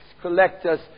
collectors